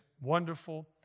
wonderful